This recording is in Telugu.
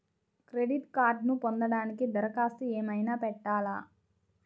క్రెడిట్ కార్డ్ను పొందటానికి దరఖాస్తు ఏమయినా పెట్టాలా?